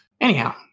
Anyhow